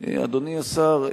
אדוני השר,